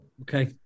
Okay